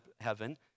heaven